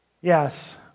yes